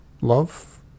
love